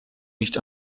nicht